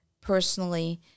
personally